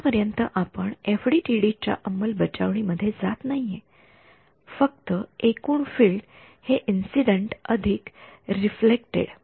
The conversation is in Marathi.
आतापर्यंत आपण एफडीटीडी च्या अंमलबजावणी मध्ये जात नाहीये फक्त एकूण फील्ड हे इंसिडेन्ट अधिक रिफ्लेक्टड